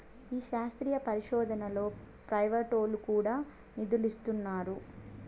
ఈ శాస్త్రీయ పరిశోదనలో ప్రైవేటోల్లు కూడా నిదులిస్తున్నారు